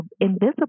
invisible